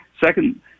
second